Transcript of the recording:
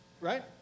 Right